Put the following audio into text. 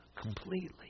completely